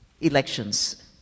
elections